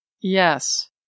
yes